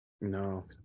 No